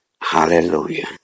Hallelujah